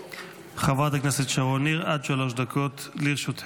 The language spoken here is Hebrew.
חברת הכנסת שרון ניר, עד שלוש דקות לרשותך.